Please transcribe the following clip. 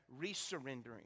resurrendering